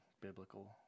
biblical